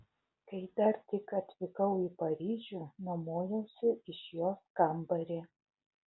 kai dar tik atvykau į paryžių nuomojausi iš jos kambarį